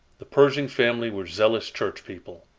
the pershing family were zealous church people.